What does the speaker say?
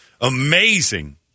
amazing